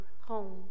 home